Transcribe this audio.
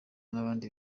n’abandi